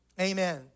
Amen